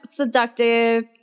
seductive